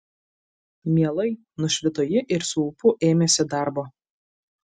mielai nušvito ji ir su ūpu ėmėsi darbo